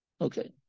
Okay